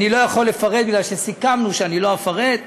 אני לא יכול לפרט כי סיכמנו שאני לא אפרט,